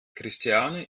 christiane